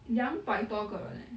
两百多个人 eh